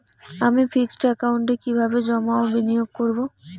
আমি ফিক্সড একাউন্টে কি কিভাবে জমা ও বিনিয়োগ করব?